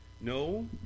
No